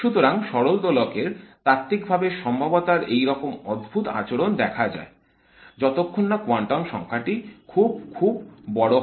সুতরাং সরল দোলকের তাত্ত্বিকভাবে সম্ভবতার এই রকম অদ্ভুত আচরণ দেখা যায় যতক্ষণ না কোয়ান্টাম সংখ্যাটি খুব খুব বড় হয়